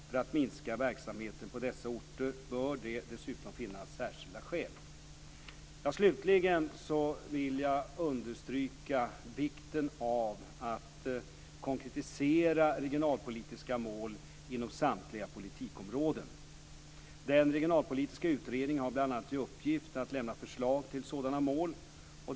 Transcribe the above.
För att minska verksamheten på dessa orter bör det dessutom finnas särskilda skäl. Slutligen vill jag understryka vikten av att konkretisera regionalpolitiska mål inom samtliga politikområden. Den regionalpolitiska utredningen har bl.a. i uppgift att lämna förslag till sådana mål.